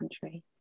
country